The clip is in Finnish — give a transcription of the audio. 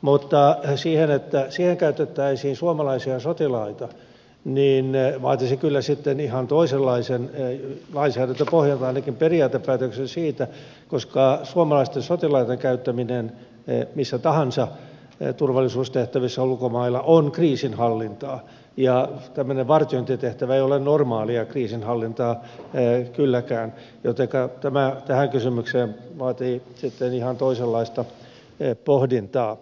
mutta se että siihen käytettäisiin suomalaisia sotilaita vaatisi kyllä sitten ainakin lainsäädäntöpohjalta ihan toisenlaisen periaatepäätöksen siitä koska suomalaisten sotilaiden käyttäminen missä tahansa turvallisuustehtävissä ulkomailla on kriisinhallintaa ja tämmöinen vartiointitehtävä ei ole normaalia kriisinhallintaa kylläkään jotenka tämä kysymys vaatii sitten ihan toisenlaista pohdintaa